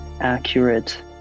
accurate